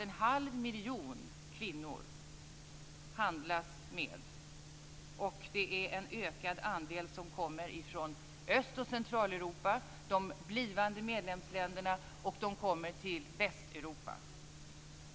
En halv miljon kvinnor handlas det faktiskt med. En ökad andel kommer från Öst och Centraleuropa, från de blivande medlemsländerna. De kommer till Västeuropa.